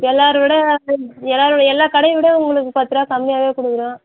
எல்லாரை விட எல்லாரை விட எல்லா கடையும் விட உங்களுக்கு பத்துருபா கம்மியாகவே கொடுக்குறோம்